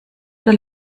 oder